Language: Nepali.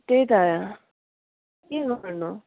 त्यही त के गर्नु